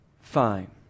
fine